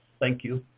thank you.